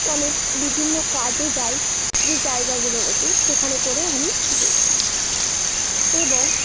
অনেক বিভিন্ন কাজে যায় যে জায়গাগুলোতে সেখানে করে আমি গেছি এবং